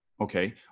okay